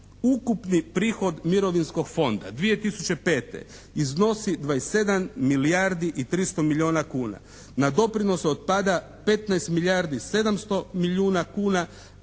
ukupni prihod Mirovinskog fonda 2005. iznosi 27 milijardi i 300 milijona kuna. Na doprinos otpada 15 milijardi 700 milijuna kuna,